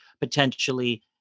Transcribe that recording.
potentially